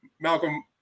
Malcolm